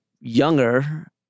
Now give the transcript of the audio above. younger